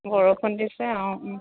বৰষুণ দিছে অঁ